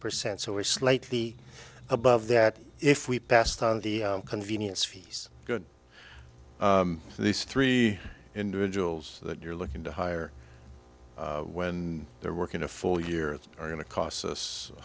percent so we're slightly above that if we passed on the convenience fees good these three individuals that you're looking to hire when they're working a full year are going to cost us